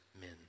men